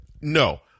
no